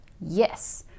Yes